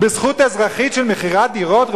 בזכות אזרחית של מכירת דירות?